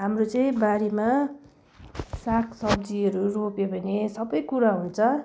हाम्रो चाहिँ बारीमा सागसब्जीहरू रोप्यो भने सबै कुरा हुन्छ